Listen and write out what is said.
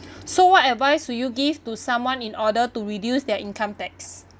so what advice would you give to someone in order to reduce their income tax